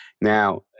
Now